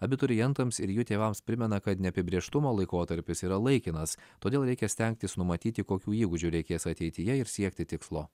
abiturientams ir jų tėvams primena kad neapibrėžtumo laikotarpis yra laikinas todėl reikia stengtis numatyti kokių įgūdžių reikės ateityje ir siekti tikslo